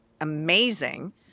amazing